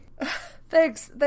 Thanks